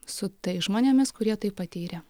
su tais žmonėmis kurie tai patyrė